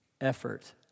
effort